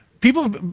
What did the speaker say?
people